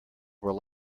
were